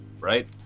right